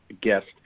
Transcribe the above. guest